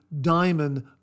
diamond